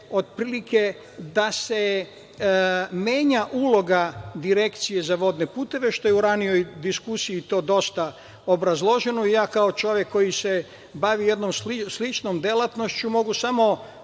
otprilike da se menja uloga Direkcije za vodne puteve, što je u ranijoj diskusiji to dosta obrazloženo. Ja kao čovek koji se bavi jednom sličnom delatnošću mogu samo